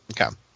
Okay